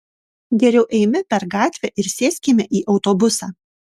geriau eime per gatvę ir sėskime į autobusą